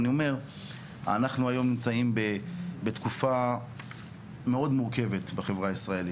אנחנו היום נמצאים בתקופה מאוד מורכבת בחברה הישראלית,